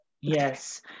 yes